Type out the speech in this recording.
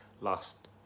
last